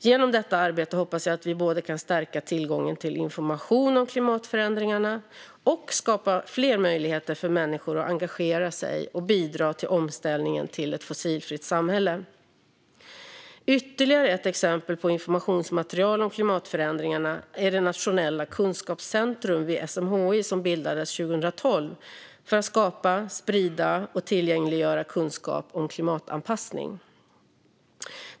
Genom detta arbete hoppas jag att vi både kan stärka tillgången till information om klimatförändringarna och skapa fler möjligheter för människor att engagera sig och bidra till omställningen till ett fossilfritt samhälle. Ytterligare ett exempel på informationsmaterial om klimatförändringarna är det nationella kunskapscentrum vid SMHI som bildades 2012 för att skapa, sprida och tillgängliggöra kunskap om klimatanpassning.